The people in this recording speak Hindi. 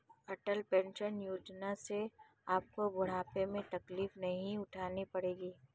अटल पेंशन योजना से आपको बुढ़ापे में तकलीफ नहीं उठानी पड़ेगी